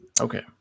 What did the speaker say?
Okay